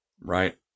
Right